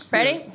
Ready